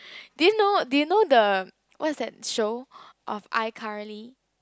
do you know do you know the what is that show of iCarly